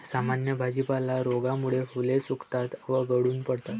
सामान्य भाजीपाला रोगामुळे फुले सुकतात व गळून पडतात